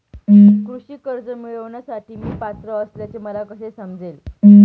कृषी कर्ज मिळविण्यासाठी मी पात्र असल्याचे मला कसे समजेल?